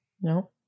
No